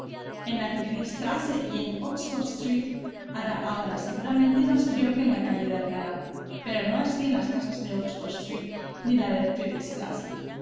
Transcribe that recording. en la friedrichstrasse y en oxford street hará ahora seguramente más frío que en la calle de alcalá pero no así en las casas de oxford street ni de